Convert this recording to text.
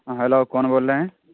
ہاں ہیلو کون بول رہے ہیں